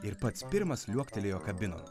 ir pats pirmas liuoktelėjo kabinon